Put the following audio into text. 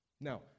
Now